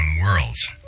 worlds